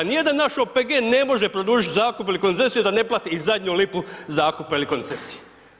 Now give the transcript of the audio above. A nijedan naš OPG ne može produžiti zakup ili koncesiju da ne plati zadnju lipu zakupa ili koncesije.